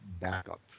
backup